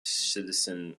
citizen